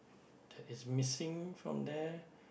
that is missing from there